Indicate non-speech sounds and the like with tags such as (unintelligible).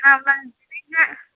(unintelligible)